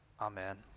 amen